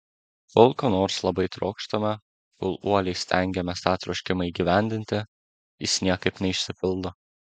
kol ko nors labai trokštame kol uoliai stengiamės tą troškimą įgyvendinti jis niekaip neišsipildo